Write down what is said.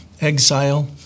exile